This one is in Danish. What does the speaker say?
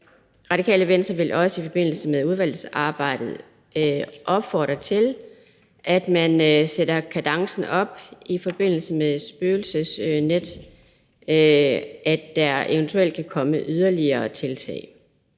Radikale Venstre vil også i forbindelse med udvalgsarbejdet opfordre til, at man sætter kadencen op i forbindelse med spøgelsesnet, og at der eventuelt kan komme yderligere tiltag.